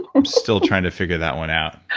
i'm still trying to figure that one out.